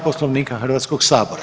Poslovnika Hrvatskog sabora.